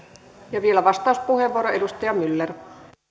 ja vielä vastauspuheenvuoro edustaja myller